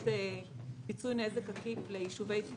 של נזק עקיף.